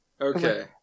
Okay